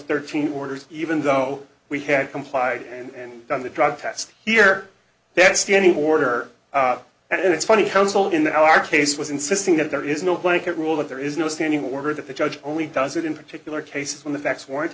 thirty orders even though we had complied and done the drug test here that standing order and it's funny council in our case was insisting that there is no blanket rule that there is no standing order that the judge only does it in particular cases when the facts